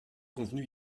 convenu